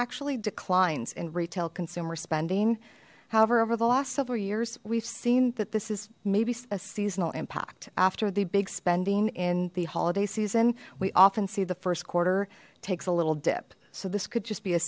actually declines in retail consumer spending however over the last several years we've seen that this is maybe a seasonal impact after the big spending in the holiday season we often see the first quarter takes a little dip so this could just be a